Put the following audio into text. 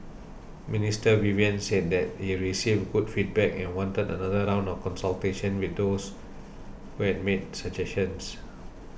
Minister Vivian said that he received good feedback and wanted another round of consultations with those who had made suggestions